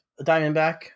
Diamondback